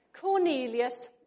Cornelius